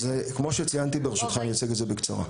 כמו שציינתי, ברשותך אני אציג את זה בקצרה.